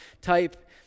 type